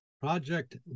Project